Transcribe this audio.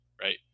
right